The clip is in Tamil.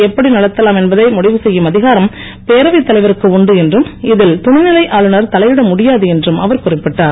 எப்படி நடத்தலாம் என்பதை முடிவு செய்யும் அதிகாரம் பேரவைத் தலைவருக்கு உண்டு என்றும் இதில் துணைநிலை ஆளுநர் தலையிட முடியாது என்றும் அவர் குறிப்பிட்டார்